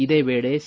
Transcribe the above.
ಇದೇವೇಳೆ C